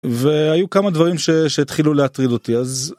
והיו כמה דברים שהתחילו להטריד אותי אז.